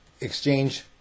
exchange